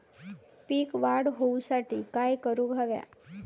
पीक वाढ होऊसाठी काय करूक हव्या?